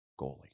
goalie